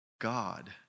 God